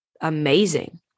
amazing